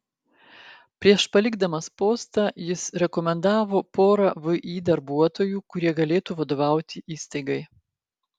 prieš palikdamas postą jis rekomendavo porą vį darbuotojų kurie galėtų vadovauti įstaigai